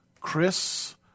Chris